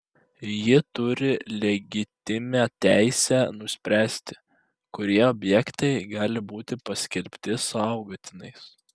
ji turi legitimią teisę nuspręsti kurie objektai gali būti paskelbti saugotinais